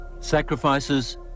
Sacrifices